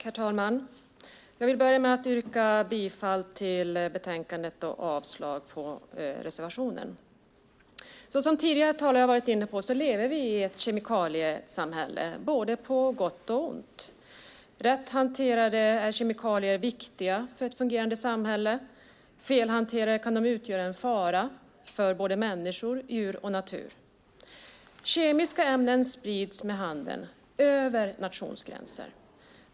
Herr talman! Jag vill börja med att yrka bifall till förslaget i betänkandet och avslag på reservationen. Såsom tidigare talare har varit inne på lever vi i ett kemikaliesamhälle, både på gott och på ont. Rätt hanterade är kemikalier viktiga för ett fungerande samhälle. Fel hanterade kan de utgöra en fara för både människa, djur och natur. Kemiska ämnen sprids med handeln, över nationsgränser.